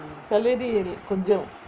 salary கொஞ்சம்:konjam